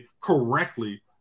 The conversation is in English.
correctly